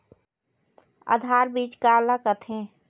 आधार बीज का ला कथें?